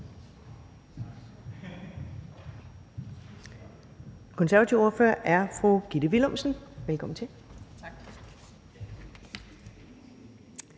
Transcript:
Folkeparti, og det er fru Gitte Willumsen. Velkommen til.